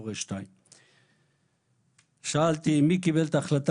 הורה 2. שאלתי כך: "מי קיבל את ההחלטה